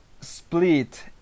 split